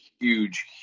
huge